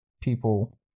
people